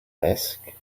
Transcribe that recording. desk